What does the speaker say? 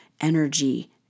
energy